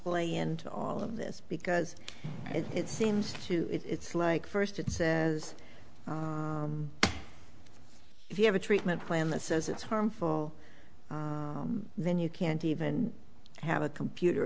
play into all of this because it seems to it's like first it says if you have a treatment plan that says it's harmful then you can't even have a computer